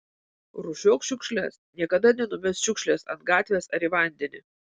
rūšiuok šiukšles niekada nenumesk šiukšlės ant gatvės ar į vandenį